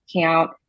count